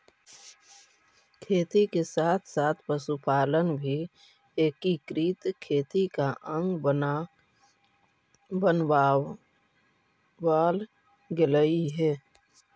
खेती के साथ साथ पशुपालन भी एकीकृत खेती का अंग बनवाल गेलइ हे